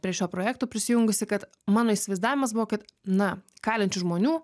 prie šio projekto prisijungusi kad mano įsivaizdavimas buvo kad na kalinčių žmonių